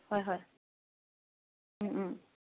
হয় হয়